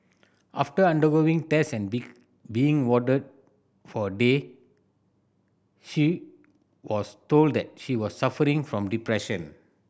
after undergoing test and being warded for a day she was told that she was suffering from depression